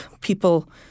people